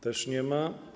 Też nie ma.